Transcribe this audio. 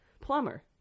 plumber